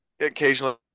occasionally